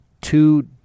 two